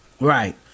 Right